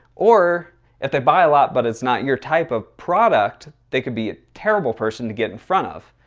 or if they buy a lot, but it's not your type of product, they could be a terrible person to get in front of.